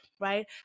right